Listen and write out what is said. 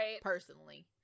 personally